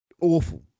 awful